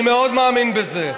אני מאוד מאמין בזה.